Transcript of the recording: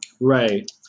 Right